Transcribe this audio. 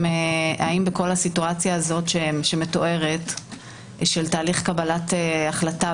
האם בכל המצב הזה שמתואר של תהליך קבלת החלטה